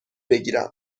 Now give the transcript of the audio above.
بگیرم